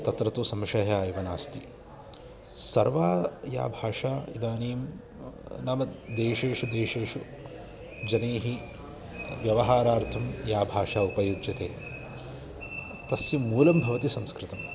तत्र तु संशयः एव नास्ति सर्वाः याः भाषाः इदानीं नाम देशेषु देशेषु जनैः व्यवहारार्थं या भाषा उपयुज्यते तस्याः मूलं भवति संस्कृतं